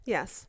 Yes